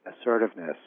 assertiveness